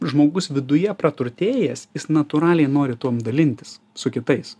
žmogus viduje praturtėjęs jis natūraliai nori tuom dalintis su kitais